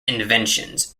inventions